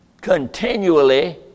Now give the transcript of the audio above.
continually